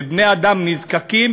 בבני-אדם נזקקים,